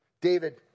David